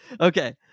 okay